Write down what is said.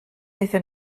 aethon